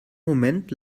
moment